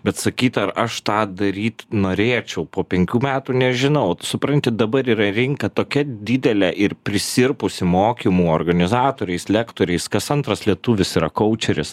bet sakyt ar aš tą daryt norėčiau po penkių metų nežinau supranti dabar yra rinka tokia didelė ir prisirpusi mokymų organizatoriais lektoriais kas antras lietuvis yra koučeris